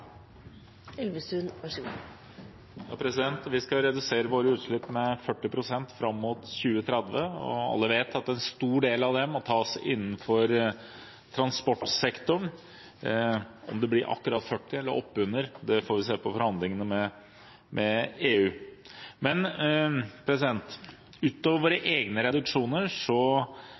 alle vet at en stor del av det må tas innenfor transportsektoren. Om det blir akkurat 40 pst., eller oppunder, får vi se på forhandlingene med EU. Men det Norge nå gjør innenfor transportsektoren, vil også – utover